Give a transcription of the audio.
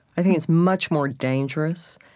i think it's much more dangerous.